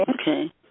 Okay